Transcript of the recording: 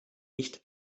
nicht